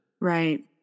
Right